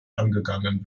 angegangen